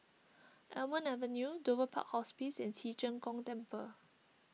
Almond Avenue Dover Park Hospice and Ci Zheng Gong Temple